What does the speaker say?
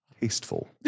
tasteful